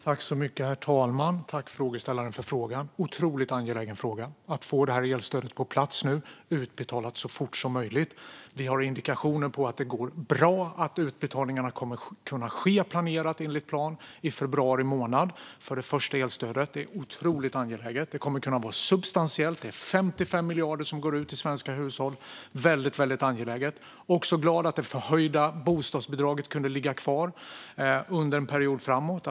Herr talman! Jag tackar frågeställaren för frågan. Det är otroligt angeläget att få elstödet på plats och utbetalat så fort som möjligt. Vi har indikationer på att utbetalningarna för det första elstödet kommer att ske enligt plan i februari månad. Det är otroligt angeläget. Stödet kommer att vara substantiellt; det är 55 miljarder som går ut till svenska hushåll. Det är mycket angeläget. Jag är också glad att det förhöjda bostadsbidraget kan ligga kvar under en period framåt.